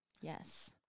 Yes